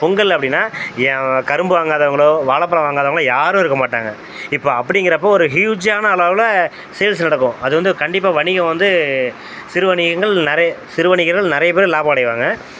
பொங்கல் அப்படின்னா ஏ கரும்பு வாங்காதவங்களோ வாழப் பழம் வாங்காதவங்களோ யாரும் இருக்க மாட்டாங்க இப்போ அப்படிங்கிறப்போ ஒரு ஹியூஜானா அளவில் சேல்ஸ் நடக்கும் அது வந்து கண்டிப்பாக வணிகம் வந்து சிறு வணிகங்கள் நெறைய சிறு வணிகர்கள் நிறைய பேர் லாபம் அடைவாங்க